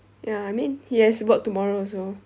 ya I mean he has work tomorrow also